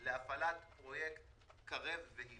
חד-משמעי נושא